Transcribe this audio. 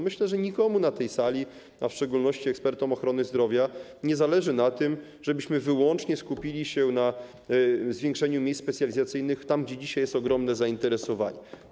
Myślę, że nikomu na tej sali, w szczególności ekspertom w ochronie zdrowia, nie zależy na tym, żebyśmy skupili się wyłącznie na zwiększeniu liczby miejsc specjalizacyjnych tam, gdzie dzisiaj jest ogromne zainteresowanie.